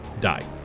die